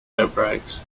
outbreaks